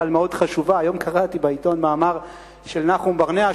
אבל מאוד חשובה: היום קראתי בעיתון מאמר של נחום ברנע,